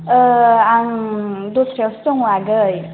औ आं दस्रायावसो दं आगै